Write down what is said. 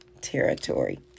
territory